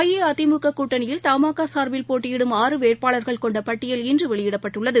அஇஅதிமுக கூட்டணியில் த மா கா சார்பில் போட்டியிடும் ஆறு வேட்பாளர்கள் கொண்ட பட்டியல் இன்று வெளியிடப்பட்டுள்ளது